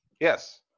Yes